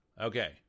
Okay